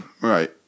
Right